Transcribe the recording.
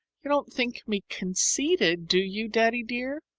you don't think me conceited, do you, daddy dear?